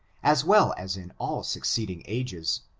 as well as in all succeeding ages,